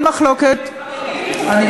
אל תגידי שאת רוצה,